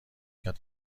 کرد